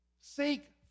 Seek